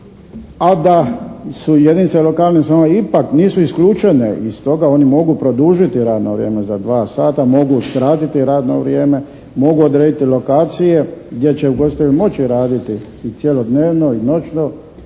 a da su jedinice lokalne samouprave ipak nisu isključene iz toga. Oni mogu produžiti radno vrijeme za 2 sata. Mogu skratiti radno vrijeme, mogu odrediti lokacije gdje će ugostitelj moći raditi i cjelodnevno i noćno.